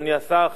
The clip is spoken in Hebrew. אדוני השר,